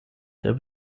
der